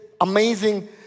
amazing